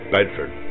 Bedford